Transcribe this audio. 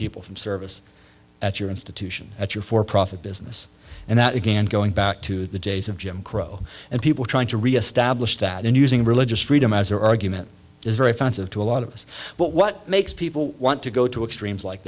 people from service at your institution at your for profit business and that again going back to the days of jim crow and people trying to reestablish that and using religious freedom as their argument is very offensive to a lot of us but what makes people want to go to extremes like